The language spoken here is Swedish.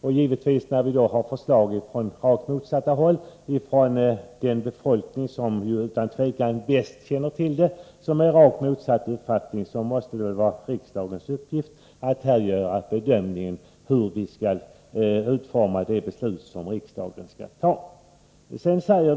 Det föreligger på denna punkt två förslag, som går i rakt motsatta riktningar, och ett av dem kommer från den berörda befolkningen, som utan tvivel bäst känner till frågan. Det måste under sådana förhållanden vara riksdagens uppgift att göra en bedömning av hur det beslut som riksdagen skall fatta bör se ut.